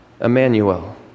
Emmanuel